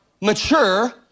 mature